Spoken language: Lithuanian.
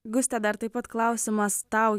guste dar taip pat klausimas tau